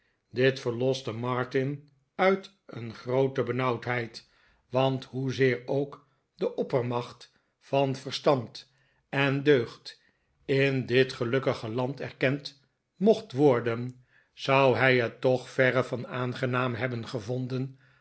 dit verloste martin uit een groote benauwheid want hoezeer ook de oppermacht van verstand maarten chuzzlewit en deugd in dit gelukkige land erkend mocht worden zou hij het toch verre van aangenaam hebben gevonden